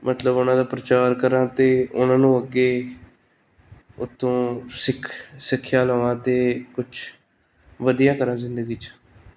ਮਤਲਬ ਉਹਨਾਂ ਦਾ ਪ੍ਰਚਾਰ ਕਰਾਂ ਅਤੇ ਉਹਨਾਂ ਨੂੰ ਅੱਗੇ ਤੋਂ ਸਿੱਖ ਸਿੱਖਿਆ ਲਵਾਂ ਅਤੇ ਕੁਛ ਵਧੀਆ ਕਰਾਂ ਜ਼ਿੰਦਗੀ 'ਚ